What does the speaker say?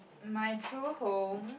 my true home